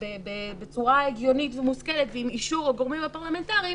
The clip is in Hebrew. בצורה הגיונית ומושכלת עם אישור הגורמים הפרלמנטריים